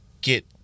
get